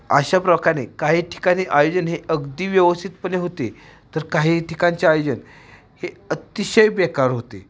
अशा प्रकारे काही ठिकाणी आयोजन हे अगदी व्यवस्थितपणे होते तर काही ठिकाणचे आयोजन हे अतिशय बेकार होते